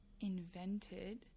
invented